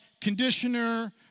conditioner